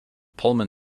pullman